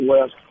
West